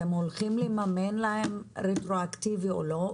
אתם הולכים לממן להם רטרואקטיבית או לא?